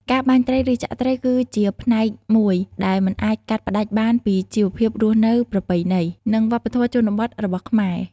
ការបាញ់ត្រី ឬចាក់ត្រី គឺជាផ្នែកមួយដែលមិនអាចកាត់ផ្តាច់បានពីជីវភាពរស់នៅប្រពៃណី និងវប្បធម៌ជនបទរបស់ខ្មែរ។